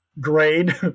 grade